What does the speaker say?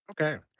Okay